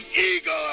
eagle